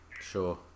Sure